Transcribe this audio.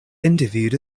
interviewed